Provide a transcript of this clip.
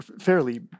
fairly